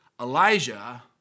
Elijah